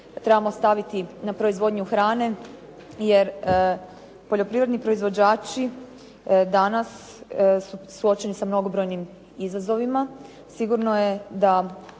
trebamo staviti na proizvodnju hrane, jer poljoprivredni proizvođači danas su suočeni sa mnogobrojnim izazovima. Sigurno je da